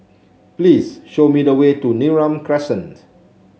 please show me the way to Neram Crescent